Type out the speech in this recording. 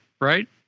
right